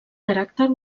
caràcter